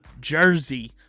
Jersey